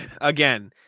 Again